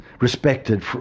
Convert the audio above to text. respected